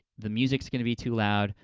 the music's gonna be too loud,